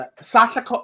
Sasha